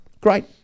great